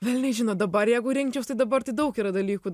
velniai žino dabar jeigu rinkčiaus tai dabar tai daug yra dalykų